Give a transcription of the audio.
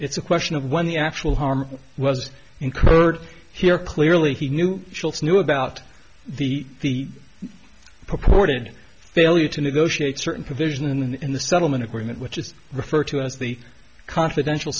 it's a question of when the actual harm was incurred here clearly he knew knew about the purported failure to negotiate certain provisions in the settlement agreement which is referred to as the confidential